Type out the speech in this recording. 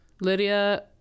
lydia